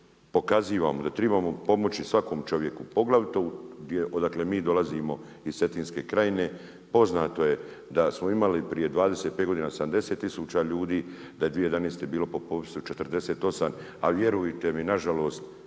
da tribamo pomoći svakom čovjeku poglavito odakle mi dolazimo iz Cetinske krajine poznato je da smo imali prije 25 godina 70000 ljudi, da je 2011. bilo po popisu 48, a vjerujte mi na žalost